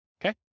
Okay